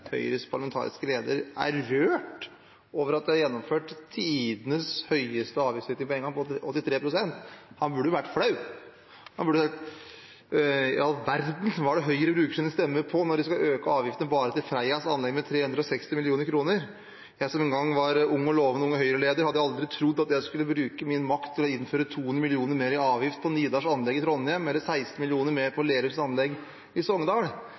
Høyres parlamentariske leder er rørt over at tidenes høyeste avgiftsøkning – på 83 pst. – er gjennomført. Han burde vært flau, og han burde si: I all verden – hva er det Høyre bruker sine stemmer på når de skal øke avgiftene med 360 mill. kr bare til Freias anlegg? Jeg, som en gang var en ung og lovende Unge Høyre-leder, hadde aldri trodd at jeg skulle bruke min makt til å innføre 200 mill. kr mer i avgift på Nidars anlegg i Trondheim eller 16 mill. kr mer på Lerums anlegg i Sogndal.